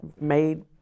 made